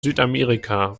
südamerika